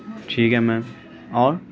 ٹھیک ہے میم اور